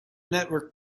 network